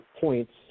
points